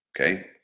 Okay